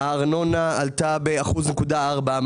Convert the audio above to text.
הארנונה עלתה ב-1.4%.